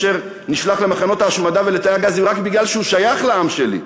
אשר נשלח למחנות ההשמדה ולתאי הגזים רק כי הוא שייך לעם שלי.